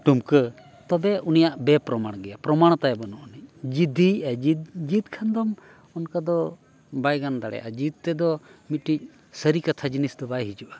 ᱰᱩᱢᱠᱟᱹ ᱛᱚᱵᱮ ᱩᱱᱤᱭᱟᱜ ᱵᱮᱼᱯᱨᱚᱢᱟᱱ ᱜᱮᱭᱟ ᱯᱨᱚᱢᱟᱱ ᱚᱛᱟᱭ ᱵᱟᱹᱱᱩᱜ ᱟᱹᱱᱤᱡ ᱡᱤᱫᱽᱫᱷᱤᱭᱮᱫᱼᱟᱭ ᱡᱤᱫ ᱠᱷᱟᱱ ᱫᱚᱢ ᱚᱱᱠᱟ ᱫᱚ ᱵᱟᱭ ᱜᱟᱱ ᱫᱟᱲᱮᱭᱟᱜᱼᱟ ᱡᱤᱛ ᱛᱮᱫᱚ ᱢᱤᱫᱴᱤᱡ ᱥᱟᱹᱨᱤ ᱠᱟᱛᱷᱟ ᱡᱤᱱᱤᱥ ᱫᱚ ᱵᱟᱭ ᱦᱩᱭᱩᱜᱼᱟ